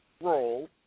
role